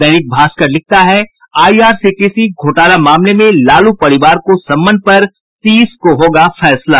दैनिक भास्कर लिखता है आईआरसीटीसी घोटाला मामले में लालू परिवार को समन पर तीस को होगा फैसला